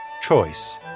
choice